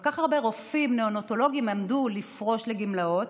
כל כך הרבה רופאים נאונטולוגים עמדו לפרוש לגמלאות,